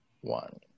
one